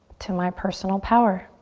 to my personal power.